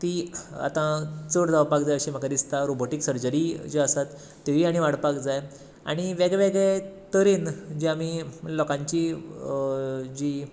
ती आतां चड जावपाक जाय अशें म्हाका दिसता राॅबाॅटीक सर्जरी ज्यो आसात त्योवूय आनी वाडपाक जाय आनी वेगवेगळे तरेन जे आमी लोकांची जी